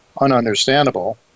ununderstandable